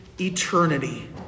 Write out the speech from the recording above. eternity